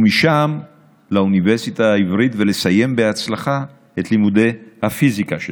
ומשם לאוניברסיטה העברית ולסיים בהצלחה את לימודי הפיזיקה שלו.